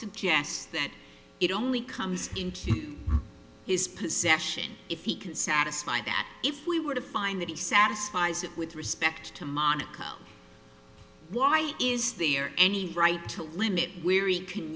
suggests that it only comes into his possession if he can satisfy that if we were to find that he satisfies it with respect to monaco why is there any right to limit wearie can